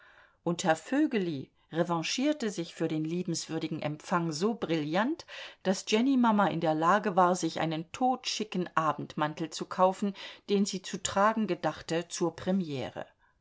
und herr voegeli revanchierte sich für den liebenswürdigen empfang so brillant daß jennymama in der lage war sich einen totschicken abendmantel zu kaufen den sie zu tragen gedachte zur premiere